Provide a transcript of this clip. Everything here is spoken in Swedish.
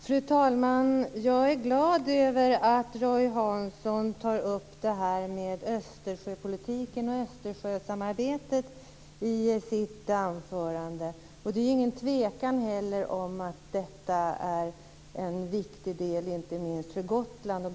Fru talman! Jag är glad över att Roy Hansson i sitt anförande tog upp Östersjöpolitiken och Östersjösamarbetet, något som utan tvivel är viktigt för Gotland.